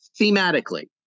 thematically